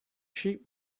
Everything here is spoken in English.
sheep